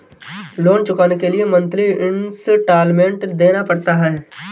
loan चुकाने के लिए मंथली इन्सटॉलमेंट देना पड़ता है